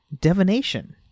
divination